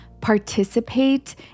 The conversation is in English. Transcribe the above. participate